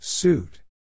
Suit